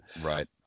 Right